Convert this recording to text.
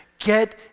Get